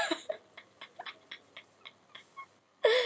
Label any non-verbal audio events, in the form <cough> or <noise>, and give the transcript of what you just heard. <laughs>